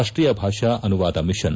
ರಾಷ್ಟೀಯ ಭಾಷಾ ಅನುವಾದ ಮಿಷನ್